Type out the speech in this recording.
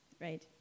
right